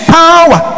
power